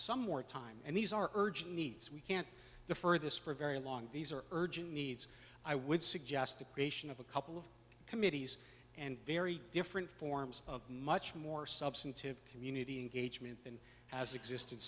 some more time and these are urgent needs we can't the further spread very long these are urgent needs i would suggest the creation of a couple of committees and very different forms of much more substantive community engagement than has existe